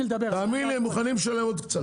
תאמין לי, הם מוכנים לשלם עוד קצת.